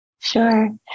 Sure